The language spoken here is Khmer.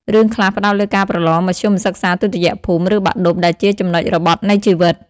រឿងខ្លះផ្តោតលើការប្រឡង មធ្យមសិក្សាទុតិយភូមិ ឬបាក់ឌុប ដែលជាចំណុចរបត់នៃជីវិត។